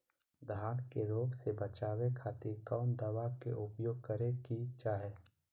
धान के रोग से बचावे खातिर कौन दवा के उपयोग करें कि चाहे?